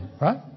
Right